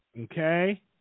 Okay